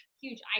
huge